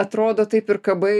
atrodo taip ir kabai